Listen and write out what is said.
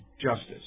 justice